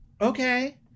Okay